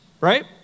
Right